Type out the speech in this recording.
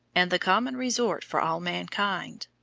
and the common resort for all mankind.